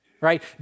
right